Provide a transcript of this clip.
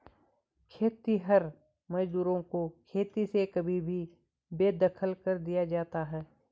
खेतिहर मजदूरों को खेती से कभी भी बेदखल कर दिया जाता है